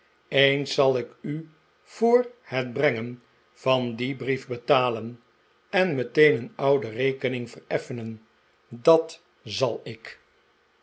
eens zal ik u voor het brengen van dien brief betalen en meteen een oude rekening vereffenen dat zal ik